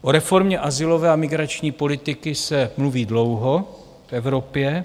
O reformě azylové a migrační politiky se mluví dlouho v Evropě.